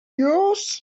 yours